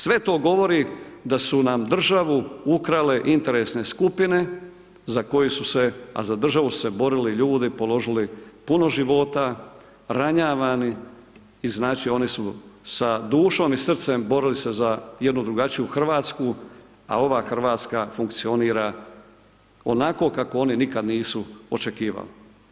Sve to govori da su nam državu ukrale interesne skupine za koju su se, a za državu su se borili ljudi, položili puno života, ranjavani i znači oni su sa dušom i srcem borili se za jednu drugačiju Hrvatsku, a ova Hrvatska funkcionira onako kako oni nikada nisu očekivali.